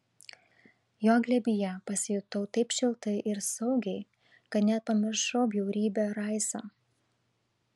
jo glėbyje pasijutau taip šiltai ir saugiai kad net pamiršau bjaurybę raisą